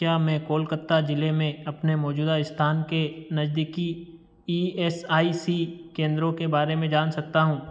क्या मैं कोलकत्ता जिले में अपने मौजूदा स्थान के नज़दीकी ई एस आई सी केंद्रों के बारे में जान सकता हूँ